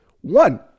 One